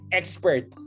expert